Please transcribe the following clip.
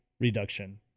reduction